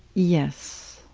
yes.